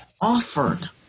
offered